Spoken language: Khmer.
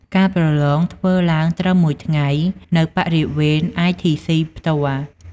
ការប្រឡងធ្វើឡើងត្រឹម មួយថ្ងៃ នៅ បរិវេណ ITC ផ្ទាល់ ។